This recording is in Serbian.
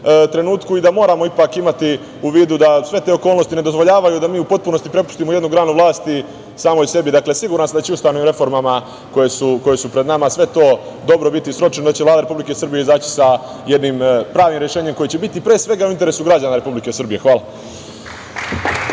trenutku i da moramo ipak imati u vidu sve te okolnosti ne dozvoljavaju da mi u potpunosti prepustimo jednu granu vlasti samoj sebi. Dakle, siguran sam da će ustavnim reformama, koje su pred nama, sve to dobro biti sročeno, da će Vlada Republike Srbije izaći sa jednim pravim rešenjem koje će biti, pre svega, u interesu građana Republike Srbije. Hvala.